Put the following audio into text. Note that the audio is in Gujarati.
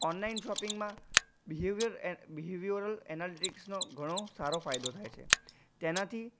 ઓનલાઇન શોપિંગમાં બિહેવીયર બિહેવિયોરલ એનાલિટિક્સનો ઘણો સારો ફાયદો થાય છે તેનાથી